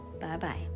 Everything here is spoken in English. Bye-bye